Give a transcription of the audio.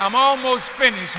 i'm almost finished